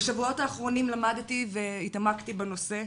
בשבועות האחרונים למדתי והתעמקתי בנושא,